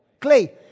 clay